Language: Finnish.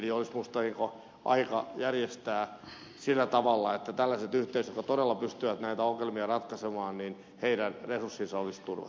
olisi minusta aika järjestää sillä tavalla että tällaisten yhteisöjen jotka todella pystyvät näitä ongelmia ratkaisemaan resurssit olisi turvattu